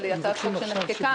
אבל היא הצעת חוק שנחקקה.